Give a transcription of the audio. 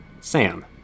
Sam